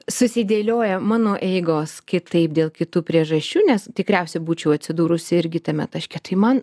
susidėlioja mano eigos kitaip dėl kitų priežasčių nes tikriausiai būčiau atsidūrusi irgi tame taške tai man